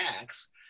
acts